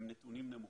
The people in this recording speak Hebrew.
הם נתונים נמוכים,